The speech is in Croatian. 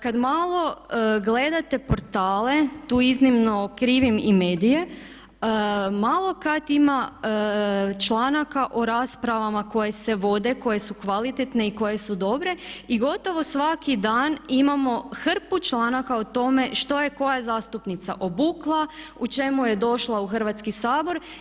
Kad malo gledate portale tu izravno krivim i medije malo kad ima članaka o raspravama koje se vode, koje su kvalitetne i koje su dobre i gotovo svaki dan imamo hrpu članaka o tome što je koja zastupnica obukla, u čemu je došla u Hrvatski sabor.